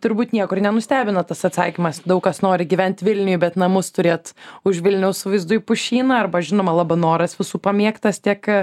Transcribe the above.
turbūt nieko ir nenustebino tas atsakymas daug kas nori gyvent vilniuj bet namus turėt už vilniaus su vaizdu į pušyną arba žinoma labanoras visų pamėgtas tiek